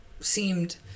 seemed